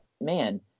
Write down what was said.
man